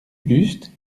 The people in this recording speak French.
buste